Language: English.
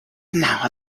know